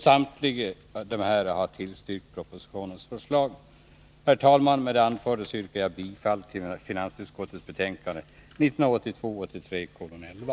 Samtliga dessa har tillstyrkt propositionens förslag. Herr talman! Med det anförda yrkar jag bifall till finansutskottets hemställan i betänkande 1982/83:11.